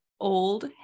old